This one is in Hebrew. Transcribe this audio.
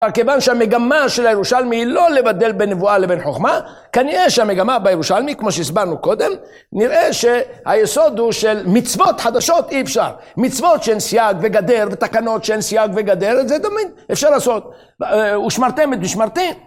כיוון שהמגמה של הירושלמי היא לא לבדל בין נבואה לבין חוכמה כנראה שהמגמה בירושלמי כמו שהסברנו קודם נראה שהיסוד הוא של מצוות חדשות אי אפשר מצוות שאין סייג וגדר ותקנות שהן סייג וגדר את זה דומה אפשר לעשות ושמרתם את משמרתי